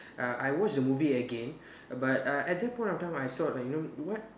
uh I watch the movie again but uh at that point of time I thought uh you know what